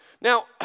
Now